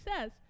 says